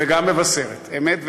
וגם מבשרת, אמת ויציב.